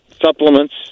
supplements